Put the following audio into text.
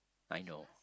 I know